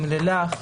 עם לילך,